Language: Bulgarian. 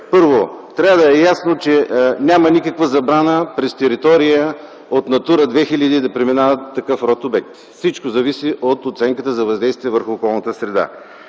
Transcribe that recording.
Първо, трябва да е ясно, че няма никаква забрана през територия от „Натура 2000” да преминава такъв род обект. Всичко зависи от оценката за въздействие върху околната среда.